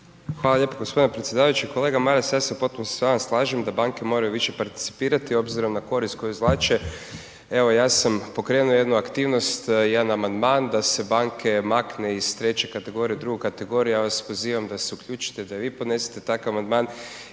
Hvala lijepa g. predsjedavajući. Kolega Maras, ja se u potpunosti sa vama slažem da banke moraju više participirati obzirom na korist koju izvlače. Evo, ja sam pokrenuo jednu aktivnost, jedan amandman da se banke makne iz treće kategorije u drugu kategoriju, ja vas pozivam da se uključite, da i vi podnesete takav amandman